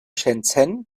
shenzhen